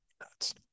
nuts